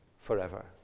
forever